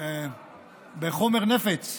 בחומר נפץ,